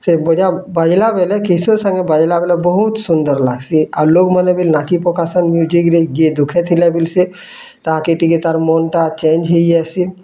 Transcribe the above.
ସେ ବଜା ବାଜିଲା ବେଲେ କ୍ୟାସିଓ ସାଙ୍ଗେ ବାଜିଲା ବେଲେ ବହୁତ୍ ସୁନ୍ଦର୍ ଲାଗସି ଆର୍ ଲୋକ୍ମାନେ ବି ନାଚି ପକାସନ୍ ମ୍ୟୁଜିକ୍ ରି ଯିଏ ଦୁଃଖେ ଥିଲେ ସିଏ ତାହାକେ ଟିକେ ତା'ର୍ ମନ୍ଟା ଚେଞ୍ଜ୍ ହେଇଯାସି